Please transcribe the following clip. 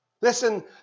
Listen